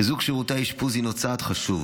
חיזוק שירותי האשפוז הינו צעד חשוב,